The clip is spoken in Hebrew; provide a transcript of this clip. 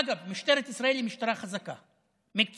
אגב, משטרת ישראל היא משטרה חזקה, מקצועית,